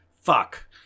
fuck